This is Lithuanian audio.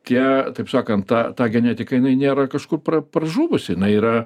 tie taip sakant ta ta genetika jinai nėra kažkur pražuvusi jinai yra